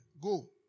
Go